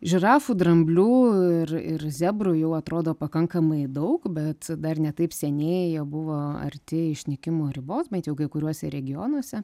žirafų dramblių ir ir zebrų jų atrodo pakankamai daug bet dar ne taip seniai jie buvo arti išnykimo ribos bent jau kai kuriuose regionuose